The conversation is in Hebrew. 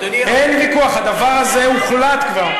אדוני, אין ויכוח, הדבר הזה הוחלט כבר.